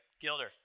Gilder